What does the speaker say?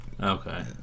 Okay